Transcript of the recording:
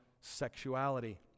sexuality